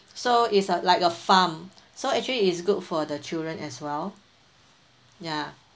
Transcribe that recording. so it's a like a farm so actually it's good for the children as well ya